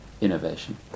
innovation